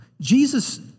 Jesus